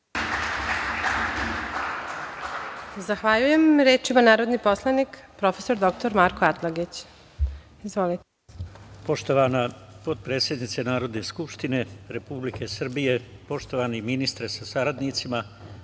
Zahvaljujem. Reč ima narodni poslanik prof. dr Marko Atlagić. Izvolite. **Marko Atlagić** Poštovana potpredsednice Narodne skupštine Republike Srbije, poštovani ministre sa saradnicima,